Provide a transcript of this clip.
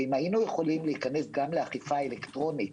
אם היינו יכולים להיכנס גם לאכיפה אלקטרונית